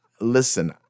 listen